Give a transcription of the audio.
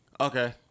Okay